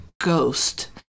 ghost